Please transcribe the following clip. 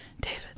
David